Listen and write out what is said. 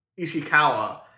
Ishikawa